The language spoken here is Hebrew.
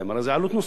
הרי זאת עלות נוספת,